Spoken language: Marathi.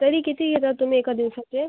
तरी किती घेता तुम्ही एका दिवसाचे